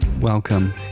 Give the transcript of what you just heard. Welcome